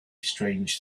strange